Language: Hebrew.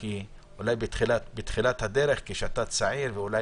כי אולי בתחילת הדרך כשאתה צעיר ואולי